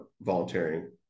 volunteering